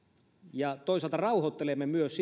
ja toisaalta myös